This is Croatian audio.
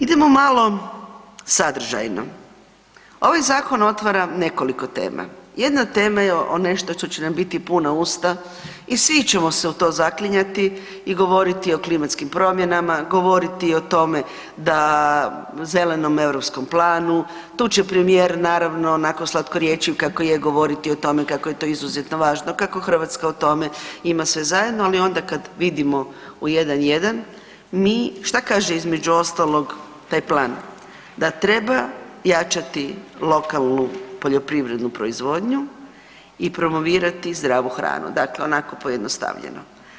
Idemo malo sadržajno, ovaj zakon otvara nekoliko tema, jedna od tema nešto što će nam biti puna usta i svi ćemo se u to zaklinjati i govoriti o klimatskim promjenama, govorili o zelenom europskom planu, tu će premijer naravno onako slatkorječiv kako je govoriti o tome kako je to izuzetno važno, kako Hrvatska u tome ima sve zajedno, ali onda kad vidimo u jedan-jedan, šta kaže između ostalog taj plan, da treba jačati lokalnu poljoprivrednu proizvodnju i promovirati zdravu hranu dakle onako pojednostavljeno.